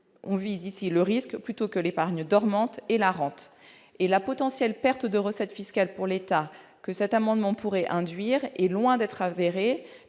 On vise ici le risque plutôt que l'épargne dormante et la rente. La perte de recettes fiscales pour l'État que cet amendement pourrait engendrer est loin d'être avérée,